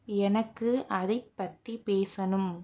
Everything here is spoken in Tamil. எனக்கு அதைப் பற்றி பேசணும்